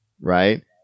right